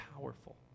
powerful